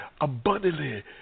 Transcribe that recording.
abundantly